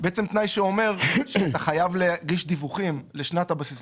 אומר שאתה חייב להגיש דיווחים לשנת הבסיס,